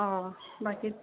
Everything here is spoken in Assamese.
অঁ বাকী